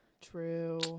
true